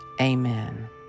Amen